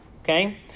Okay